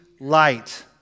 light